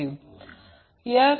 तर Van Vbn ही आकृती ३ आहे